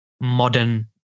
modern